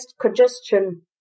congestion